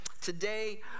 Today